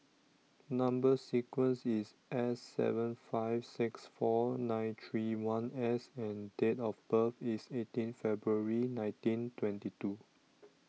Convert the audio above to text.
Number sequence IS S seven five six four nine three one S and Date of birth IS eighteen February nineteen twenty two